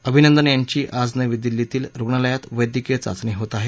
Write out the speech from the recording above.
अभिनंदन यांची आज नवी दिल्लीतील रुग्णालयात वैद्यकीय चाचणी होत आहे